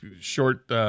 short